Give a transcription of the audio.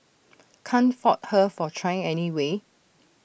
can't fault her for trying anyway